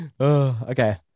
okay